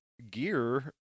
gear